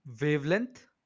wavelength